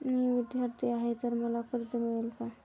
मी विद्यार्थी आहे तर मला कर्ज मिळेल का?